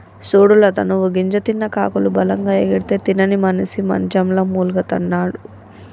సూడు లత నువ్వు గింజ తిన్న కాకులు బలంగా ఎగిరితే తినని మనిసి మంచంల మూల్గతండాడు